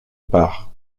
part